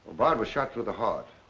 bard was shot through the heart.